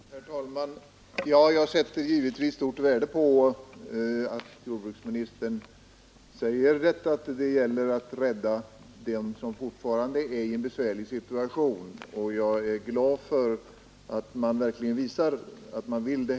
Herr talman! Jag sätter givetvis stort värde på att jordbruksministern säger att det gäller att rädda dem som fortfarande är i en besvärlig situation, och jag är glad för att man verkligen visar att man vill det.